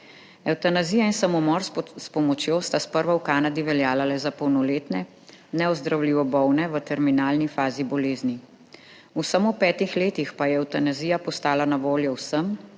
Evtanazija in samomor s pomočjo sta sprva v Kanadi veljala le za polnoletne, neozdravljivo bolne v terminalni fazi bolezni, v samo petih letih pa je evtanazija postala na voljo vsem,